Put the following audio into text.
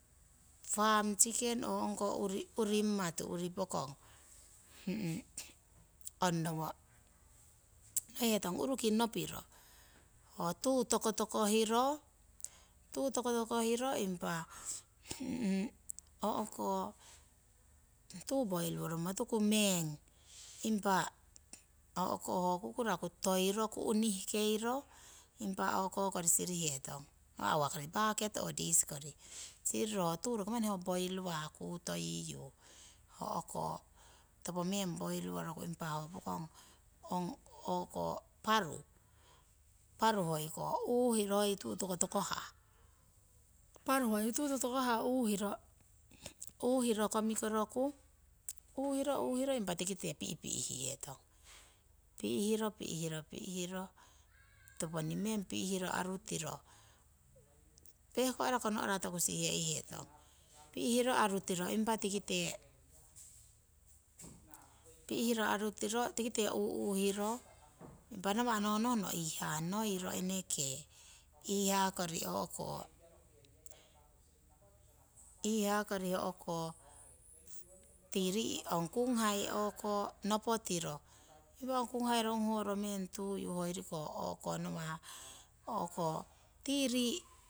Farm chicken ho ongko uringmatu uripokong ongnowo noihetong urungi nopiro ho tuu tokotoko huyu impa o'ko tuu poiri woromo tuku impa ho kukuraku toiro ku'nihkeiro impa. o'ko kori sirihetong pakete kori oo disi kori siriro ho tuu manni roki ho poiri wah kutowotoyiyu o'ko topomeng poiri woroku ong paru, paru o'ko uuhiro tuu tokotokohah. uuhiro komikoroku, uuhiri uuhiro pi'pi'hihetong, pi'pi'hiro pi'hiro toponing meng pi'hiro arutiro pehko'rako no'ra toku siheihetong. Pi'hiro arutiro impa tikite uu'uhiro. impa nawa' no nohno iihaa noi ho'niro iihaa kori eneke tii rii' ong kuuhai nopotiro ho kuuhai nonguhro tuyu nawa' tii rii'